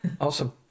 Awesome